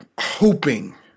hoping